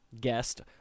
guest